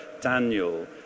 Daniel